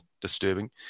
disturbing